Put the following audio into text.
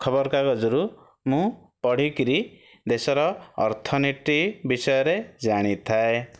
ଖବରକାଗଜରୁ ମୁଁ ପଢ଼ିକରି ଦେଶର ଅର୍ଥନୀତି ବିଷୟରେ ଜାଣିଥାଏ